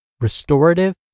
restorative